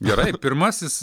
gerai pirmasis